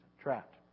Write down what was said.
trapped